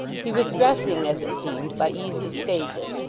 he was dressing, as it seemed, by easy stages,